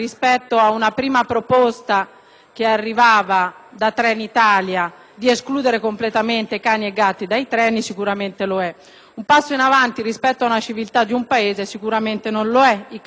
di escludere completamente cani e gatti dai treni sicuramente lo è; un passo in avanti rispetto alla civiltà di un Paese sicuramente non lo è. I cani di taglia media o grande non potranno più viaggiare